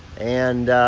and